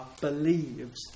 believes